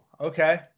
okay